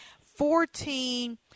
Fourteen